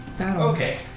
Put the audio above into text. Okay